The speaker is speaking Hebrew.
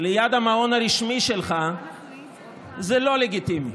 ליד המעון הרשמי שלך זה לא לגיטימי,